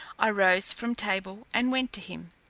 i rose from table, and went to him.